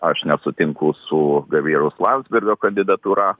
aš nesutinku su gabrieliaus landsbergio kandidatūra